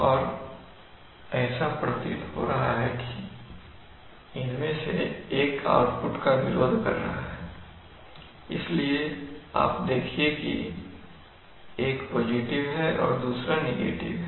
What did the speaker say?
और ऐसा प्रतीत हो रहा है कि इनमें से एक आउटपुट का विरोध कर रहा है इसलिए आप देखिए कि एक पॉजिटिव है और दूसरा नेगेटिव है